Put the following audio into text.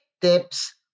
tips